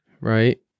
right